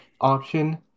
option